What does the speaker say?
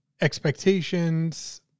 expectations